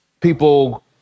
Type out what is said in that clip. people